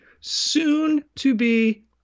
soon-to-be